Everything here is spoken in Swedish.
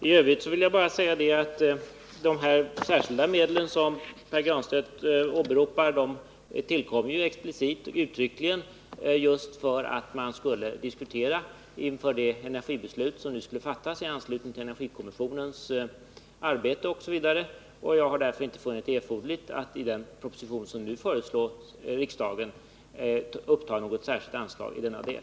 I övrigt vill jag bara säga att de särskilda medel som Pär Granstedt åberopar tillkom uttryckligen inför det energibeslut som skulle fattas i anslutning till energikommissionens arbete osv. Jag har därför inte funnit det erforderligt att iden proposition som nu har förelagts riksdagen uppta något särskilt anslag i denna del.